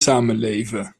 samenleven